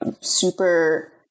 super